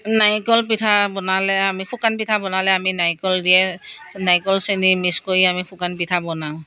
নাৰিকল পিঠা বনালে আমি শুকান পিঠা বনালে আমি নাৰিকল দিয়ে নাৰিকল চেনি মিক্স কৰি আমি শুকান পিঠা বনাওঁ